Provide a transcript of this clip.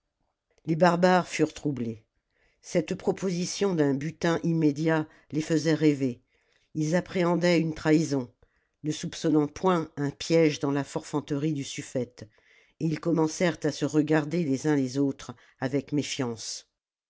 les barbares furent troublés cette proposition d'un butin immédiat les faisait rêver ils appréhendaient une trahison ne soupçonnant point un piège dans la forfanterie du sufïete et ils commencèrent à se regarder les uns les autres avec méfiance